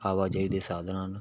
ਆਵਾਜਾਈ ਦੇ ਸਾਧਨ ਹਨ